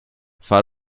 fahr